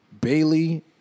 Bailey